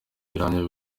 n’abantu